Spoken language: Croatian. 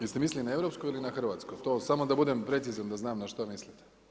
Jeste mislili na europsko ili na hrvatsko, samo da budem precizan da znam na što mislite.